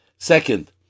Second